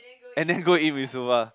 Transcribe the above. and then go and eat Mitsuba